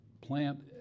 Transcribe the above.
plant